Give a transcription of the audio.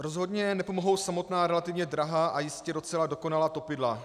Rozhodně nepomohou samotná relativně drahá a jistě docela dokonalá topidla.